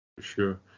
Sure